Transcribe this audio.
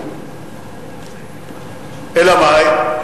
אלא מאי?